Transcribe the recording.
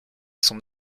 son